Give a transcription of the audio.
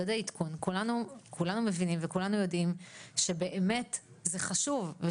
מדדי עדכון - כולנו מבינים ויודעים שזה באמת חשוב,